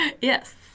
Yes